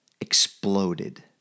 exploded